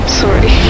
sorry